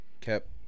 kept